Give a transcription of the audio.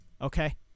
okay